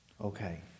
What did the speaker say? okay